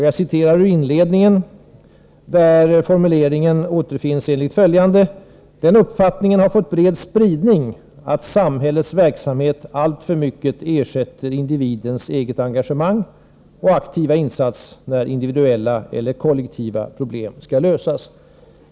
Jag citerar ur inledningen, där följande formulering återfinns: Den uppfattningen har fått bred spridning att samhällets verksamhet alltför mycket ersätter individens eget engagemang och aktiva insats när individuella eller kollektiva problem skall lösas.